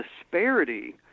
disparity